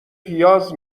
پیاز